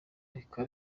reka